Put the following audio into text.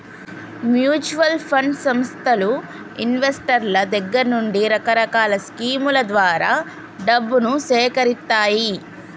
mutual fund సంస్థలు ఇన్వెస్టర్ల దగ్గర నుండి రకరకాల స్కీముల ద్వారా డబ్బును సేకరిత్తాయి